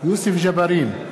יוסף ג'בארין,